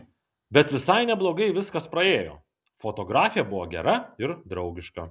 bet visai neblogai viskas praėjo fotografė buvo gera ir draugiška